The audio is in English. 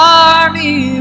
army